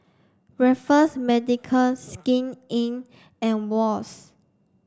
Raffles Medical Skin Inc and Wall's